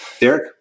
Derek